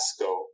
ASCO